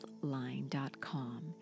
Healthline.com